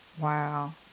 Wow